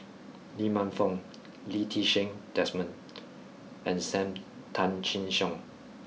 Lee Man Fong Lee Ti Seng Desmond and Sam Tan Chin Siong